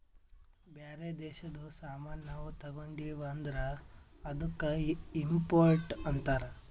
ಬ್ಯಾರೆ ದೇಶದು ಸಾಮಾನ್ ನಾವು ತಗೊಂಡಿವ್ ಅಂದುರ್ ಅದ್ದುಕ ಇಂಪೋರ್ಟ್ ಅಂತಾರ್